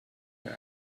them